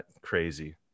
crazy